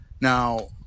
Now